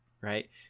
right